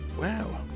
Wow